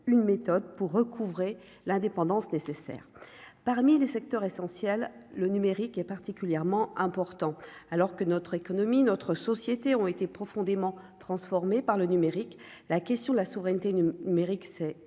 une méthode pour recouvrer l'indépendance nécessaire parmi les secteurs essentiels : le numérique est particulièrement important, alors que notre économie, notre société ont été profondément transformés par le numérique, la question de la souveraineté Méric s'est posé